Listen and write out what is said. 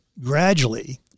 gradually